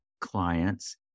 clients